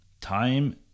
Time